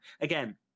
Again